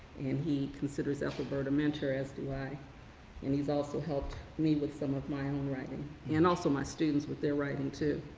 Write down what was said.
and he considers ethelbert a mentor as to why and he's also helped me with some of my own writing and also my students with their writing too.